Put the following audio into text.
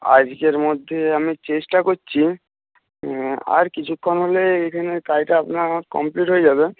আজকের মধ্যে আমি চেষ্টা করছি আর কিছুক্ষণ হলে এখানের কাজটা আপনার কমপ্লিট হয়ে যাবে